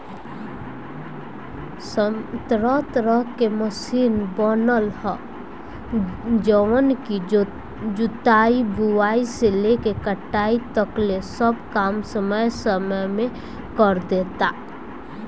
तरह तरह के मशीन बनल ह जवन की जुताई, बुआई से लेके कटाई तकले सब काम कम समय में करदेता